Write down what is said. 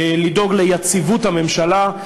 לדאוג ליציבות הממשלה,